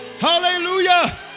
Hallelujah